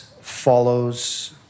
follows